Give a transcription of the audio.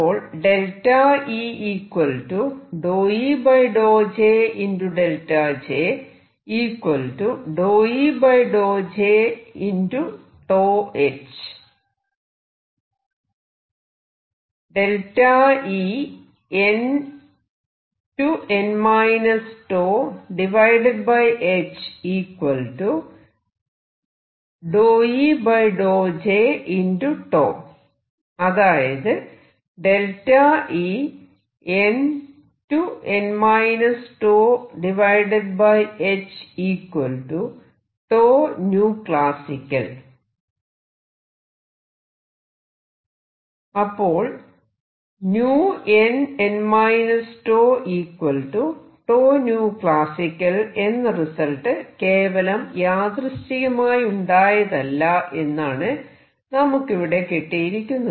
അപ്പോൾ അതായത് അപ്പോൾ nn τ clasical എന്ന റിസൾട്ട് കേവലം യാദൃശ്ചികമായുണ്ടായതല്ല എന്നാണ് നമുക്കിവിടെ കിട്ടിയിരിക്കുന്നത്